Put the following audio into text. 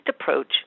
approach